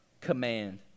command